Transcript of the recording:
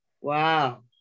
Wow